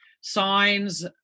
signs